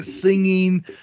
singing